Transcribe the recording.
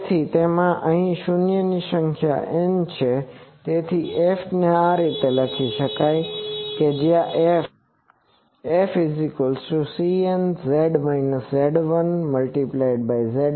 તેથી તેમાં શૂન્યની સંખ્યા n છે તેથી F આ રીતે લખી શકાય છે FCnƵ Ƶ1Ƶ Ƶ2